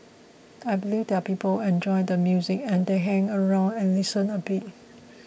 I believe there are people enjoy the music and they hang around and listen a bit